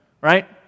Right